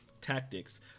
tactics